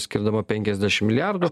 skirdama penkiasdešim milijardų